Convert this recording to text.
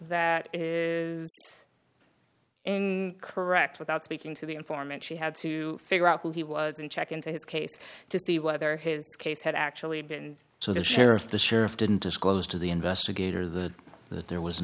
that in correct without speaking to the informant she had to figure out who he was and check into his case to see whether his case had actually been so the sheriff the sheriff didn't disclose to the investigator the that there was an